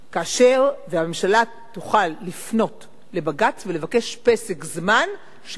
והממשלה תוכל לפנות לבג"ץ ולבקש פסק זמן שבו